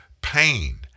pain